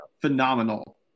phenomenal